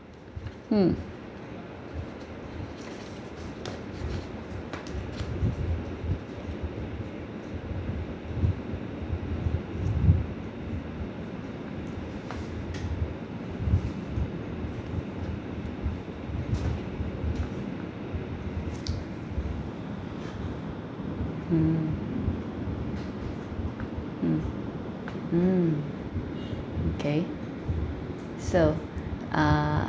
mm hmm mm mm okay so uh